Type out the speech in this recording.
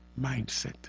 mindset